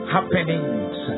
Happenings